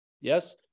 Yes